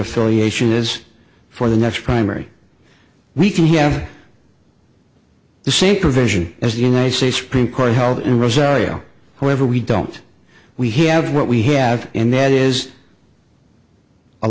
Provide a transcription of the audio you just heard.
affiliation is for the next primary we can have the same provision as the united states supreme court held in rosario however we don't we have what we have and that is